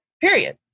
period